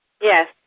Yes